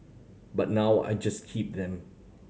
but now I just keep them